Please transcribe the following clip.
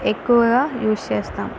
ఎక్కువగా యూజ్ చేస్తాము